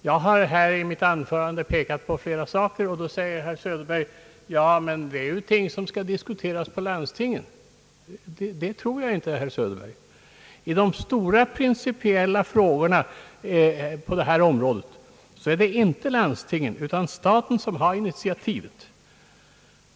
Jag har i mitt anförande pekat på flera saker, men herr Söderberg anser att dessa ting i stället skall diskuteras i landstingen. Det tror jag inte, herr Söderberg. I de stora principiella frågorna på det här området är det inte landstingen utan staten som tar initiativ.